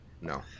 no